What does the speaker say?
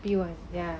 P one ya